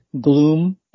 gloom